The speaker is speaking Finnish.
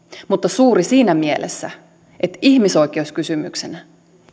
mutta suuri siinä mielessä että ihmisoikeuskysymyksenä